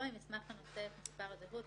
וישמור העתק מצולם של מסמך הזיהוי.